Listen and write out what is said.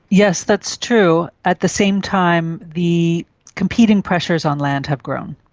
yes, that's true. at the same time, the competing pressures on land have grown.